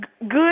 Good